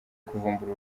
kuvumbura